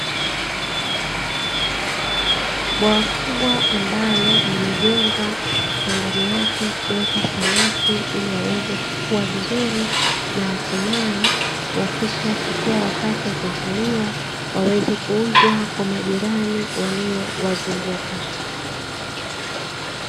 Bwawa kubwa ambalo limejengwa na ndani yake kuwekwa samaki ili waweze kukua vizuri, na hatimaye wakishafikia wakati wa kuvuliwa waweze kuuzwa kwa majirani waliowazunguka.